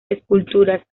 esculturas